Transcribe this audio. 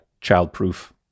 child-proof